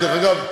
דרך אגב,